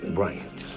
Bryant